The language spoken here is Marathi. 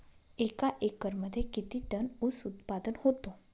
एका एकरमध्ये किती टन ऊस उत्पादन होतो?